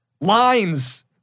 lines